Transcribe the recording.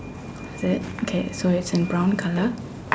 is it okay so it's in brown colour